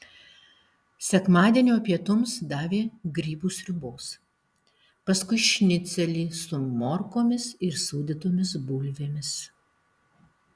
sekmadienio pietums davė grybų sriubos paskui šnicelį su morkomis ir sūdytomis bulvėmis